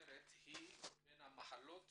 סוכרת היא בין המחלות